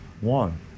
one